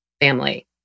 family